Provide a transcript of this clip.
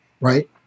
right